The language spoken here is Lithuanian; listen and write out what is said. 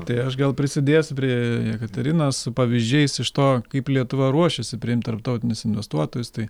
tai aš gal prisidės prie jekaterinos pavyzdžiais iš to kaip lietuva ruošėsi priimti tarptautinius investuotojus tai